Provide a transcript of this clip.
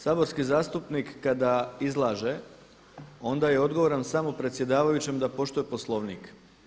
Saborski zastupnik kada izlaže onda je odgovoran samo predsjedavajućem da poštuje Poslovnik.